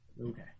Okay